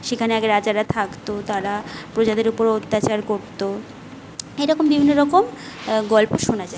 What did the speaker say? সেখানে আগে রাজারা থাকত তারা প্রজাদের উপর অত্যাচার করত এরকম বিভিন্ন রকম গল্প শোনা যায়